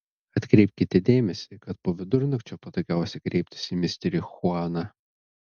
atkreipkite dėmesį kad po vidurnakčio patogiausia kreiptis į misterį chuaną